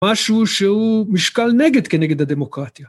משהו שהוא משקל נגד כנגד הדמוקרטיה.